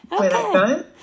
Okay